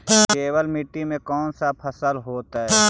केवल मिट्टी में कौन से फसल होतै?